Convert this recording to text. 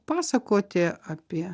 pasakoti apie